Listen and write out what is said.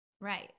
Right